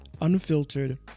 unfiltered